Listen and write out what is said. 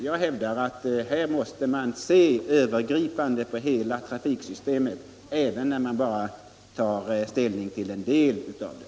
Jag hävdar att man måste se på trafiksystemet i stort, även om det gäller en fråga som bara berör en del av hela trafiksystemet.